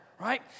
right